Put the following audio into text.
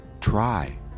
Try